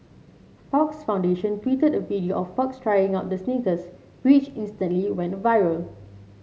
Fox Foundation tweeted a video of Fox trying out the sneakers which instantly went viral